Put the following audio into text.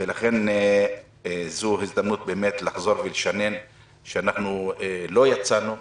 ולכן זו הזדמנות לחזור ולשנן שלא יצאנו,